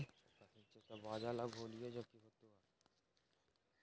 हम ग्राहक के जरुरत के आधार पर मौजूद सब अलग प्रकार के लोन मिल सकये?